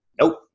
nope